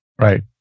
Right